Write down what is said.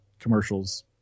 commercials